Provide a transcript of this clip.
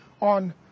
on